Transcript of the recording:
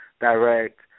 direct